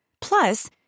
Plus